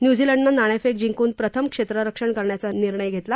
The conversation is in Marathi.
न्यूझीलंडनं नाणेफेक जिंकून प्रथम क्षेत्ररक्षण करण्याचा निर्णय घेतला